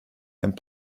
and